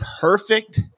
perfect